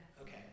okay